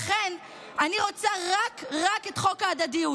לכן אני רוצה רק רק את חוק ההדדיות.